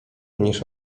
niż